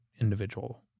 individual